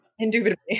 Indubitably